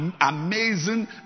Amazing